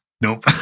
Nope